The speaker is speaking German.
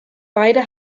beide